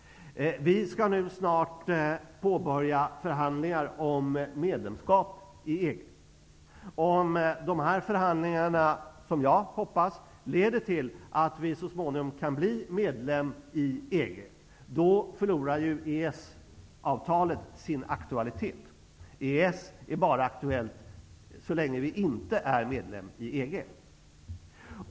Vi skall nu snart påbörja förhandlingar om medlemskap i EG. Om dessa förhandlingar leder till, som jag hoppas, att Sverige så småningom blir medlem i EG förlorar EES-avtalet sin aktualitet. EES-avtalet är bara aktuellt för oss så länge Sverige inte är medlem i EG.